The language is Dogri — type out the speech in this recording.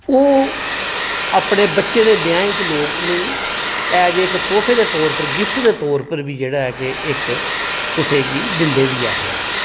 ओह् अपने बच्चें दे ब्याह् च लोक उ'नें गी ऐज ए तोहफे दे तौर उप्पर गिफ्ट दे तौर उप्पर बी जेह्ड़ा ऐ कि इक कुसै गी दिंदे बी ऐहे अग्गें